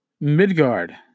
Midgard